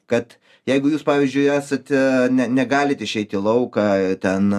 kad jeigu jūs pavyzdžiui esate ne negalit išeiti į lauką ten